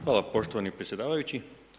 Hvala poštovani predsjedavajući.